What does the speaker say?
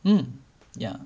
um yeah